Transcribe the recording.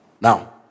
now